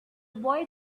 boy